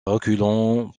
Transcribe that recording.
reculons